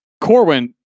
Corwin